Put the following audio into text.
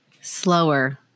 slower